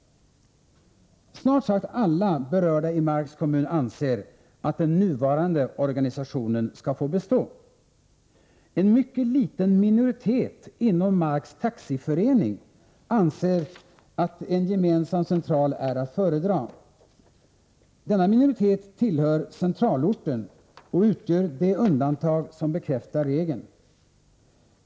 Snart sagt alla berörda i Marks kommun anser att den nuvarande organisationen skall få bestå. En mycket liten minoritet inom Marks taxiförening anser att en gemensam central är att föredra. Dessa medlemmar tillhör centralorten och utgör det undantag som bekräftar regeln.